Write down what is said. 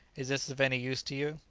is this of any use to you?